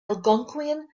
algonquian